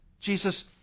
Jesus